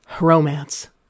Romance